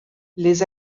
les